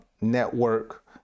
network